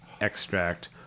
extract